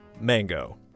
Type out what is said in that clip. Mango